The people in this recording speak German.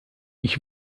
ich